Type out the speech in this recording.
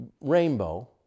rainbow